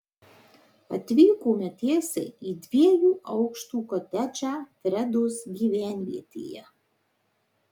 atvykome tiesiai į dviejų aukštų kotedžą fredos gyvenvietėje